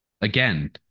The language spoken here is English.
Again